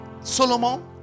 Solomon